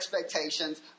expectations